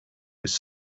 was